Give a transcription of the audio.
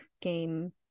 game